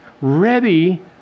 ready